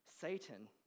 Satan